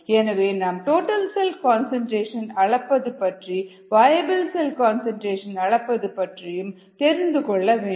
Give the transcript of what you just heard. எனவே நாம் total cell concentration அளப்பது பற்றியும் வயபிள் செல் கன்சன்ட்ரேஷன் அளப்பது பற்றியும் தெரிந்து கொள்ள வேண்டும்